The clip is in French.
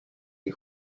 les